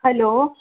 hello